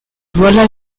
voilà